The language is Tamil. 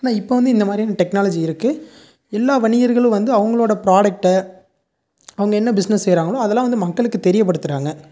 ஆனால் இப்போ வந்து இந்த மாதிரியான டெக்னாலஜி இருக்குது எல்லா வணிகர்களும் வந்து அவங்களோட ப்ராடக்ட்டை அவங்க என்ன பிஸ்னஸ் செய்கிறாங்களோ அதெலாம் மக்களுக்கு தெரிய படுத்துகிறாங்க